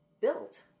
built